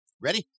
Ready